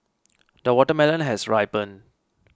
the watermelon has ripened